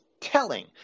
telling